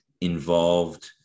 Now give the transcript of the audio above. involved